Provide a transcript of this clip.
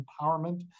empowerment